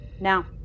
now